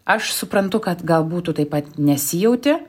aš suprantu kad galbūt tu taip pat nesijauti